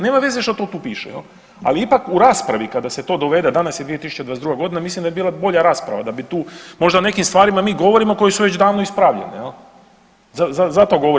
Nema veze što to tu piše, ali ipak u raspravi kada se to dovede danas je 2022.g. mislim da bi bila bolja rasprava, da bi tu možda o nekim stvarima mi govorimo koje su već davno ispravljene zato govorim.